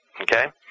okay